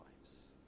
lives